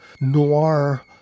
noir